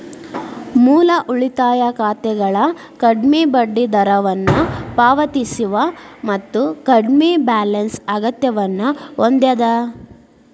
ಮೂಲ ಉಳಿತಾಯ ಖಾತೆಗಳ ಕಡ್ಮಿ ಬಡ್ಡಿದರವನ್ನ ಪಾವತಿಸ್ತವ ಮತ್ತ ಕಡ್ಮಿ ಬ್ಯಾಲೆನ್ಸ್ ಅಗತ್ಯವನ್ನ ಹೊಂದ್ಯದ